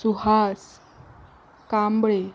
Suhas Kamble